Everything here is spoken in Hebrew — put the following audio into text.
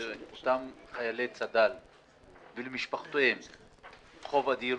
לאותם חיילי צד"ל ולמשפחותיהם חוב אדיר,